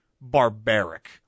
barbaric